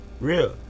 Real